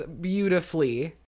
beautifully